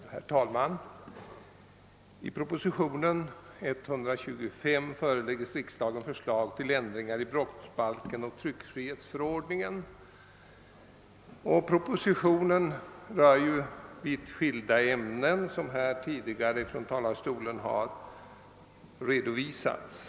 Herr talman! I propositionen 125 föreläggs riksdagen förslag till ändringar i brottsbalken och tryckfrihetsförordningen. Såsom tidigare har redovisats från denna talarstol tar propositionen upp vitt skilda ämnen.